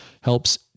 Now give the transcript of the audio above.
helps